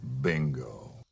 Bingo